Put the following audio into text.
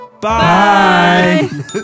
Bye